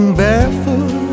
barefoot